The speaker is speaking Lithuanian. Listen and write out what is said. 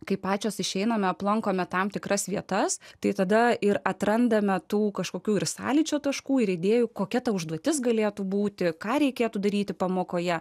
kai pačios išeiname aplankome tam tikras vietas tai tada ir atrandame tų kažkokių ir sąlyčio taškų ir idėjų kokia ta užduotis galėtų būti ką reikėtų daryti pamokoje